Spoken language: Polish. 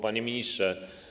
Panie Ministrze!